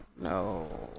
No